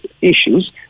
issues